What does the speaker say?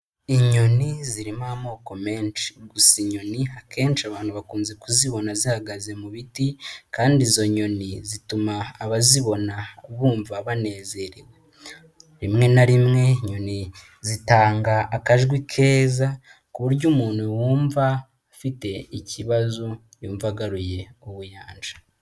Inyoni zirimo amoko menshi, gusa inyoni akenshi abantu bakunze kuzibona zihagaze mu biti kandi izo nyoni zituma abazibona bumva banezerewe. Rimwe na rimwe inyoni zitanga akajwi keza ku buryo umuntu wumva afite ikibazo yumva agaruye ubuyanja.